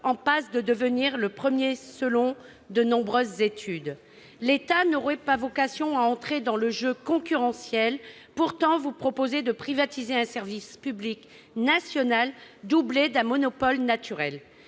en passe de devenir le premier, selon de nombreuses études. L'État n'aurait pas vocation à entrer dans le jeu concurrentiel. Pourtant, vous proposez de privatiser un service public national, doublé d'un monopole naturel.